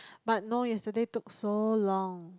but no yesterday took so long